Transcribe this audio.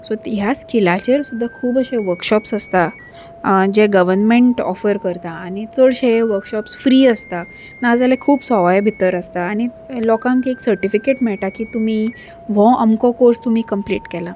so ती ह्या स्किलाचेर सुद्दां खूब अशे वर्कशॉप्स आसता जे गवर्मेंट ऑफर करता आनी चडशे हे वर्कशॉप्स फ्री आसता नाजाल्यार खूब सवाय भितर आसता आनी लोकांक एक सर्टिफिकेट मेळटा की तुमी हो अमको कोर्स तुमी कंप्लीट केला